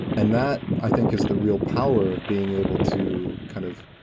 and that i think is the real power of being able to kind of